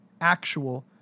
actual